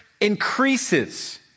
increases